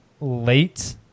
late